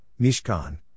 Mishkan